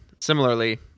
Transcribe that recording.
similarly